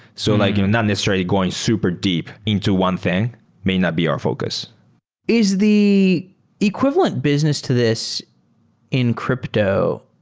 so like you know not necessarily going super deep into one thing may not be our focus is the equivalent business to this in crypto,